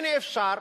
הנה, אפשר,